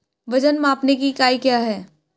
वजन मापने की इकाई क्या है?